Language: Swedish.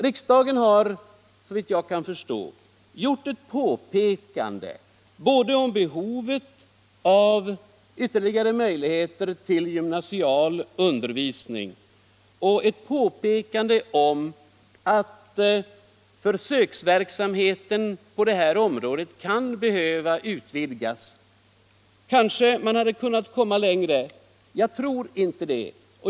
Riksdagen har såvitt jag kan förstå gjort ett påpekande både om behovet av ytterligare möjligheter till gymnasial undervisning och om att försöksverksamheten på det här området kan behöva utvidgas. Man hade kanske kunnat komma längre. Men jag tror inte det.